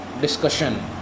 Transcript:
discussion